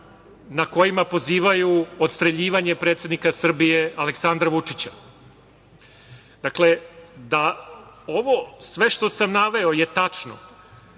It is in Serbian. na kojima pozivaju odstreljivanje predsednika Srbije Aleksandra Vučića. Dakle, da je ovo sve što sam naveo tačno,